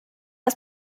ist